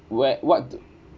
whe~ what d~